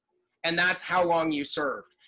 and that's how long you served.